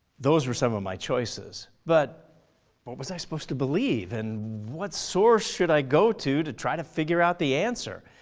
those were some of my choices. but what was i supposed to believe and what source should i go to to try to figure out the answer?